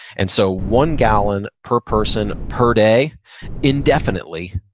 and so one gallon per person per day indefinitely,